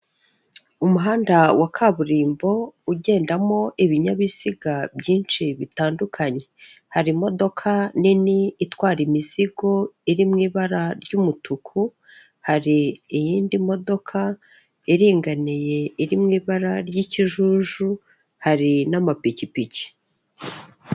Umuhanda wa kaburimbo ugendamo ibinyabiziga byinshi bitandukanye. Hari imodoka nini itwara imizigo iri mu ibara ry'umutuku, hari iyindi modoka iringaniye iri mu ibara ry'ikijuju, hari n'amapikipiki.